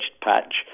patch